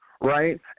right